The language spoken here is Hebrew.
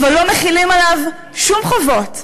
אבל לא מחילים עליו שום חובות,